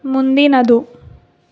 ಮುಂದಿನದು